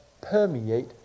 permeate